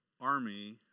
army